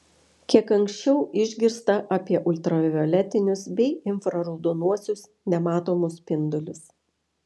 kiek anksčiau išgirsta apie ultravioletinius bei infraraudonuosius nematomus spindulius